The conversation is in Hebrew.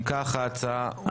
הצבעה אושר אם כך, ההצעה אושרה.